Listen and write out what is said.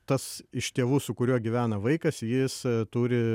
tas iš tėvų su kuriuo gyvena vaikas jis turi